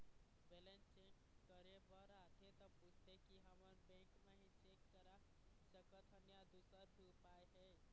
Balance check करे बर आथे ता पूछथें की हमन बैंक मा ही चेक करा सकथन या दुसर भी उपाय हे?